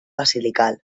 basilical